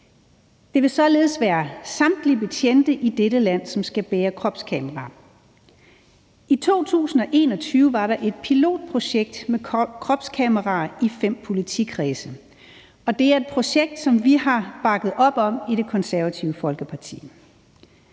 Det vil således være samtlige betjente i dette land, som skal bære kropskameraer. I 2021 var der et pilotprojekt med kropskameraer i fem politikredse, og det er et projekt, som vi har bakket op om i Det Konservative Folkeparti.